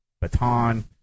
baton